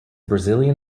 brazilian